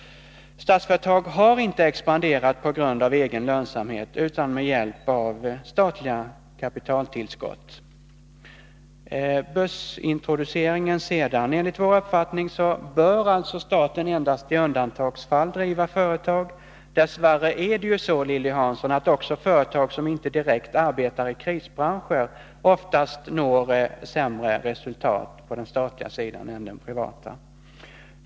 Statsföretag har inte expanderat på grund av egen lönsamhet, utan med hjälp av statliga kapitaltillskott. Sedan till börsintroduktionen. Enligt vår uppfattning bör staten alltså endast i undantagsfall driva företag. Dess värre är det ju så, Lilly Hansson, att också företag som inte direkt arbetar i krisbranscher oftast når sämre resultat på den statliga sidan än på den privata.